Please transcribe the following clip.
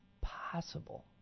possible